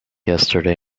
yesterday